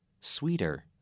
Sweeter